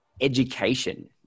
education